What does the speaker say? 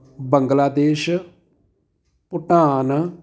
Bangladesh Bhutan